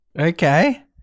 Okay